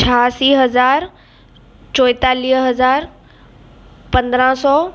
छहासी हज़ार चौएतालीह हज़ार पंदरहां सौ